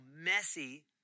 messy